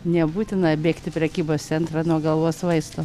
nebūtina bėgt į prekybos centrą nuo galvos vaistų